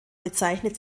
bezeichnet